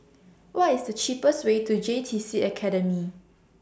What IS The cheapest Way to J T C Academy